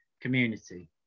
community